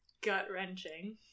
gut-wrenching